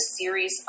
series